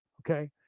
Okay